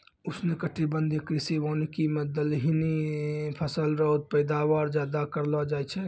उष्णकटिबंधीय कृषि वानिकी मे दलहनी फसल रो पैदावार ज्यादा करलो जाय छै